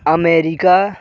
America